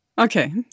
Okay